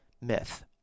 myth